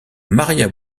maria